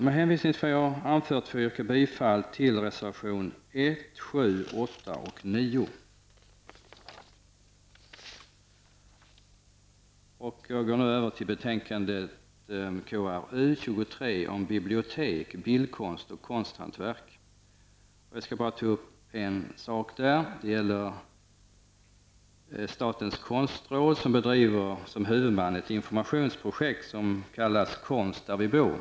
Med hänvisning till vad jag här har anfört yrkar jag bifall till reservationerna 1, 7, 8 och Så några ord om kulturutskottets betänkande 23 som handlar om bibliotek, bildkonst och konsthantverk. Det är bara en sak som jag vill ta upp i det sammanhanget. Statens konstråd driver nämligen i egenskap av huvudman ett informationsprojekt, Konst där vi bor.